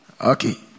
Okay